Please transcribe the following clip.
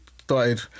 Started